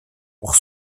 pour